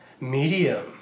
medium